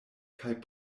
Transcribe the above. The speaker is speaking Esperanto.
kaj